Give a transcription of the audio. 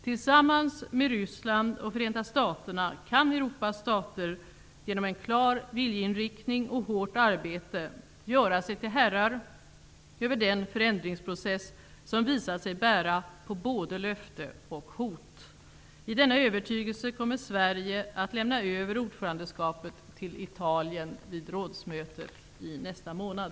Tillsammans med Ryssland och Förenta staterna kan Europas stater, genom en klar viljeinriktning och hårt arbete, göra sig till herrar över den förändringsprocess som visat sig bära på både löfte och hot. I denna övertygelse kommer Sverige att lämna över ordförandeskapet till Italien vid rådsmötet i nästa månad.